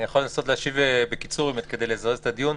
אני יכול לנסות להשיב בקיצור כדי לזרז את הדיון.